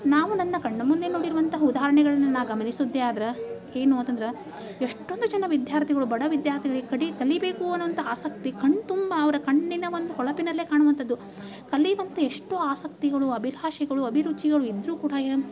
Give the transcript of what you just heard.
ನಾವು ನನ್ನ ಕಣ್ಣ ಮುಂದೆ ನೋಡಿರುವಂಥ ಉದಾಹರಣೆಗಳನ್ನ ನಾನು ಗಮನಿಸಿದ್ದೆ ಆದ್ರ ಏನು ಆಯ್ತಂದ್ರೆ ಎಷ್ಟೊಂದು ಜನ ವಿದ್ಯಾರ್ಥಿಗಳು ಬಡ ವಿದ್ಯಾರ್ಥಿಗಳಿಗೆ ಕಟಿ ಕಲಿಬೇಕು ಅನ್ನುವಂಥ ಆಸಕ್ತಿ ಕಣ್ಣ ತುಂಬ ಅವರ ಕಣ್ಣಿನ ಒಂದು ಹೊಳಪಿನಲ್ಲೇ ಕಾಣುವಂಥದ್ದು ಕಲಿವಂಥ ಎಷ್ಟೋ ಆಸಕ್ತಿಗಳು ಅಭಿಲಾಷೆಗಳು ಅಭಿರುಚಿಗಳು ಇದ್ರೂ ಕೂಡ ಏನು